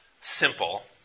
simple